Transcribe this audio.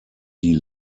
die